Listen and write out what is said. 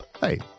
Hey